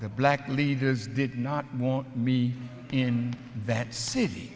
the black leaders did not want me in that city